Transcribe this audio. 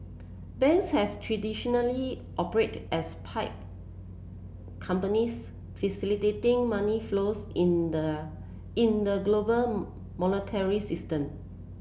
banks have traditionally operated as pipe companies facilitating money flows in the in the global monetary system